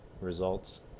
results